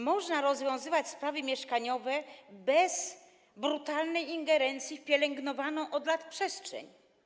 Można rozwiązywać sprawy mieszkaniowe bez brutalnej ingerencji w pielęgnowaną od lat przestrzeń.